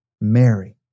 Mary